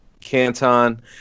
Canton